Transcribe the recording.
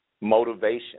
motivation